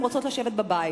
הן רוצות לשבת בבית.